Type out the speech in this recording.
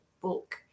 book